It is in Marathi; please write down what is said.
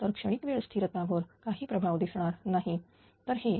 तर क्षणिक वेळ स्थिरता वर काही प्रभाव दिसणार नाही ते हे